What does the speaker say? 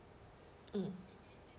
mm